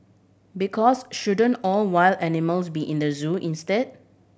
because shouldn't all wild animals be in the zoo instead